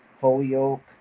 Holyoke